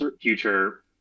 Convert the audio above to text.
future